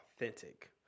authentic